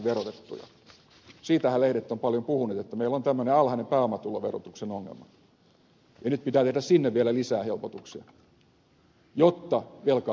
siitähän lehdet ovat paljon puhuneet että meillä on tämmöinen alhainen pääomatuloverotuksen ongelma ja nyt pitää tehdä sinne vielä lisää helpotuksia jotta velkaa lisätään